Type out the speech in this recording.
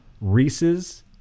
Reese's